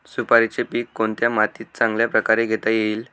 सुपारीचे पीक कोणत्या मातीत चांगल्या प्रकारे घेता येईल?